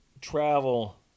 travel